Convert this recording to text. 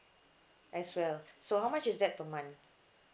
as well so how much is that per month